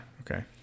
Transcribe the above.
Okay